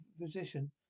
physician